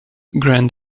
grand